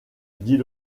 dit